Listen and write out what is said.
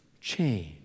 change